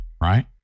right